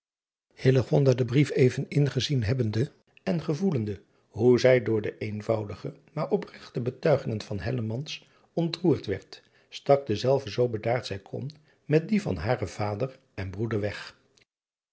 den brief even ingezien hebbende en gevoelende hoe zij door de eenvoudige maar opregte betuigingen ontroerd werd stak denzelven zoo bedaard zij kon met dien van haren vader en broeder weg